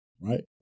Right